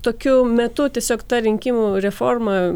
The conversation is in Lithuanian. tokiu metu tiesiog ta rinkimų reforma